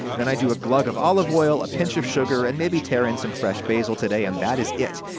then i do a glug of olive oil, a pinch of sugar, and maybe tear in some fresh basil today, and that is it.